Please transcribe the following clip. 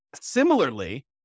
Similarly